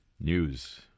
News